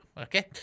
okay